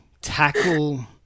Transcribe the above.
tackle